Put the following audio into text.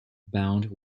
bound